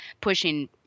pushing